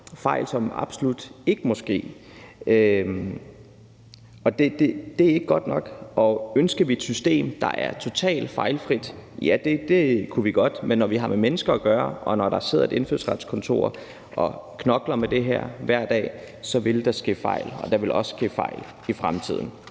fejl, som absolut ikke må ske. Og det er ikke godt nok. Ønsker vi et system, der er totalt fejlfrit? Ja, det kunne vi godt ønske os, men når vi har med mennesker at gøre, og når der sidder et Indfødsretskontor og knokler med det her hver dag, vil der ske fejl, og der vil også ske fejl i fremtiden.